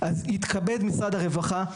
יתכבד משרד הרווחה,